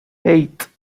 eight